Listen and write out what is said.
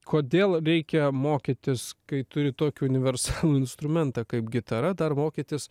kodėl reikia mokytis kai turi tokį universalų instrumentą kaip gitara dar mokytis